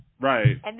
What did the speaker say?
Right